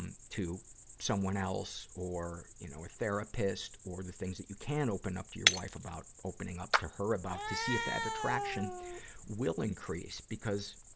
um to someone else or, you know, a therapist or the things that you can open up to your wife about opening up to her about to see if that attraction will increase. because,